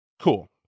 cool